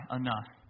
enough